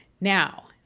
Now